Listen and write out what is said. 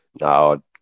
No